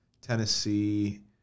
Tennessee